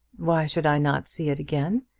why should i not see it again?